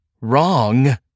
wrong